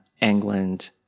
England